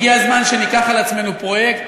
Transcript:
הגיע הזמן שניקח על עצמנו פרויקט.